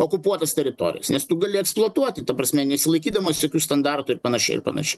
okupuotas teritorijas nes tu gali eksploatuoti ta prasme nesilaikydamas jokių standartų ir panašiai ir panašiai